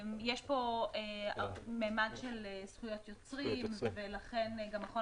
יש פה ממד של זכויות יוצרים ולכן גם מכון